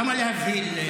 למה להבהיל?